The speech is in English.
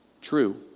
true